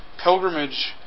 Pilgrimage